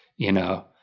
you know,